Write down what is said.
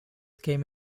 came